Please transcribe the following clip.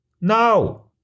No